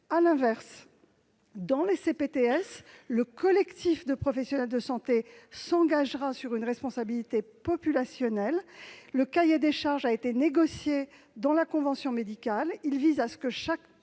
À l'inverse, dans les CPTS, le collectif de professionnels de santé s'engagera sur une responsabilité de type. Le cahier des charges a été négocié dans la convention médicale ; il vise à garantir